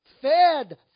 fed